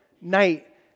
night